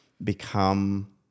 become